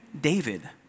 David